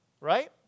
right